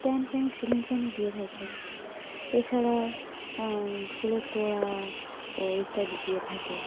stand fan ceiling ফ্যানও দিয়ে থাকে এছাড়া ফুলের তোড়াও ইত্যাদি দিয়ে থাকে